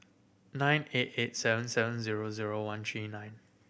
nine eight eight seven seven zero zero one three nine